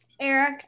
Eric